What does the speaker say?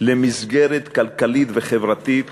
למסגרת כלכלית וחברתית